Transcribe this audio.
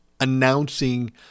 announcing